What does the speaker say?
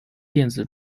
电子